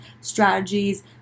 strategies